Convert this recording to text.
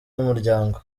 umuryango